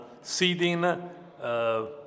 seeding